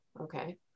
okay